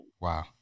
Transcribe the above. Wow